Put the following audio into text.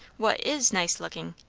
what is nice-looking?